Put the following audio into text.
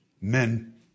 men